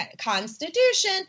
constitution